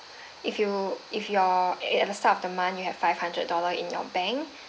if you if your at at the start of the month you have five hundred dollar in your bank